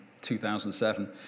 2007